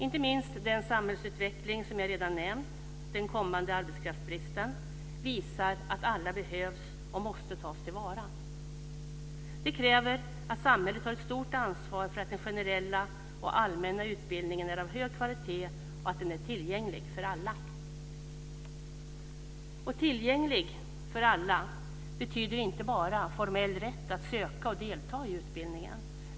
Inte minst visar den samhällsutveckling som jag redan har nämnt, den kommande arbetskraftsbristen, att alla behövs och måste tas till vara. Det kräver att samhället tar ett stort ansvar för att den generella och allmänna utbildningen är av hög kvalitet och att den är tillgänglig för alla. "Tillgänglig för alla" betyder inte bara formell rätt att söka och delta i utbildningen.